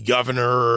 Governor